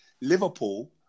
Liverpool